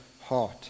heart